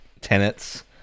tenets